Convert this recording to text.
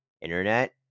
Internet